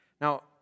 Now